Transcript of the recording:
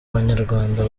banyarwanda